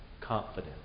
confident